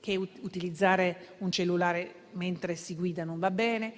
che utilizzare un cellulare mentre si guida non va bene,